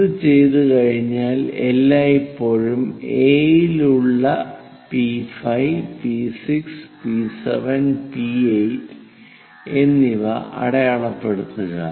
ഇത് ചെയ്തുകഴിഞ്ഞാൽ എല്ലായ്പ്പോഴും A യിൽ ഉള്ള P5 P6 P7 P8 എന്നിവ അടയാളപ്പെടുത്തുക